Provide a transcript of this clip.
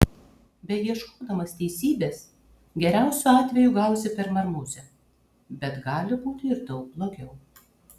beieškodamas teisybės geriausiu atveju gausi per marmuzę bet gali būti ir daug blogiau